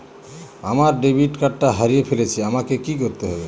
আমার ডেবিট কার্ডটা হারিয়ে ফেলেছি আমাকে কি করতে হবে?